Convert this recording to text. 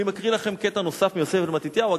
אני מקריא לכם קטע נוסף מיוסף בן מתתיהו.